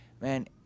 man